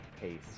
pace